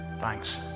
Thanks